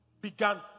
began